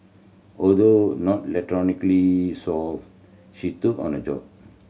although not electronically solve she took on the job